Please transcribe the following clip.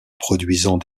produisant